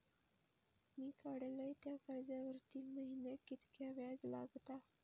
मी काडलय त्या कर्जावरती महिन्याक कीतक्या व्याज लागला?